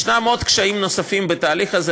ישנם קשיים נוספים בתהליך הזה.